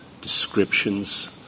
descriptions